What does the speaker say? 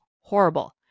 Horrible